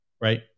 right